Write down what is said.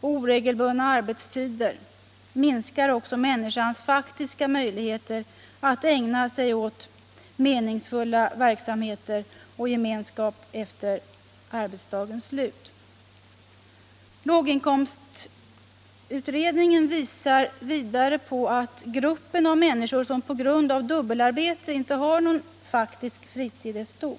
och oregelbundna arbetstider | minskar också människors faktiska möjligheter att ägna sig åt menings I fulla verksamheter och gemenskap efter arbetsdagens slut. Låginkomst I utredningen visar vidare på att gruppen av människor som på grund lav dubbelarbete inte har någon faktisk fritid är stor.